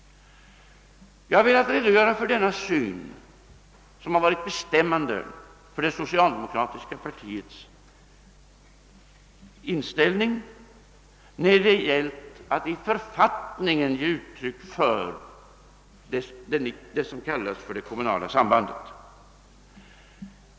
Jag har velat redogöra för denna syn, som varit bestämmande för det socialdemokratiska partiets inställning när det gällt att i författningen ge uttryck för det som kallas det kommunala sambandet.